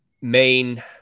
main